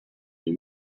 new